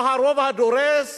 או הרוב הדורס